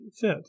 fit